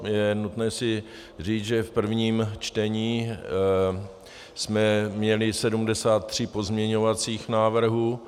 Je nutné si říct, že v prvním čtení jsme měli 73 pozměňovacích návrhů.